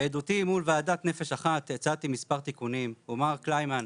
בעדותי מול ועדת 'נפש אחת' הצעתי מספר תיקונים ומר קלימן,